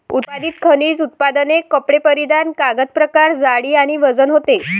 उत्पादित खनिज उत्पादने कपडे परिधान कागद प्रकार जाडी आणि वजन होते